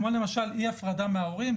כמו למשל אי הפרדה מההורים,